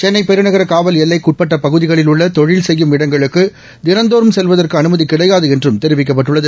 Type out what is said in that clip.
சென்னைப் பெருநகர காவல் எல்லைக்குட்பட்ட பகுதிகளில் உள்ள தொழில் செய்யும் இடங்களுக்கு தினந்தோறும் செல்வதற்கு அனுமதி கிடையாது என்றும் தெரிவிக்கப்பட்டுள்ளது